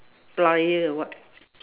plier or what